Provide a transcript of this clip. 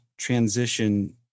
transition